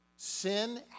Sin